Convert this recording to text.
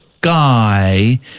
guy